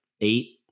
eight